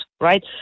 right